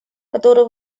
который